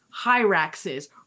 Hyraxes